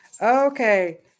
Okay